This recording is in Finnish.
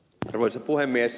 arvoisa puhemies